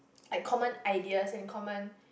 like common ideas and common